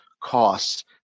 costs